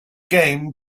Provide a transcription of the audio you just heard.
game